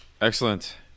Excellent